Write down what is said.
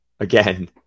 Again